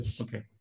okay